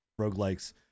roguelikes